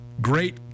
great